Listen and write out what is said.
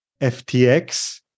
FTX